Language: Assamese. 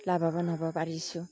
লাভৱান হ'ব পাৰিছোঁ